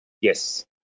yes